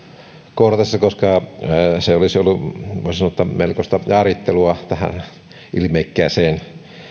kuluessa koska se olisi ollut voisi sanoa melkoista jaarittelua näihin ilmeikkäisiin